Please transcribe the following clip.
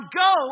go